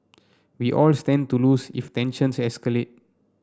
we all stand to lose if tensions escalate